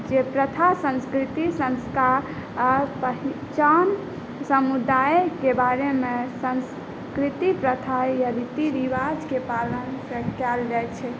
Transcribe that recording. जे प्रथा संस्कृति संस्कार आओर पहिचान समुदायके बारेमे संस्कृति प्रथा या रीति रिवाजके पालन कएल जाइ छै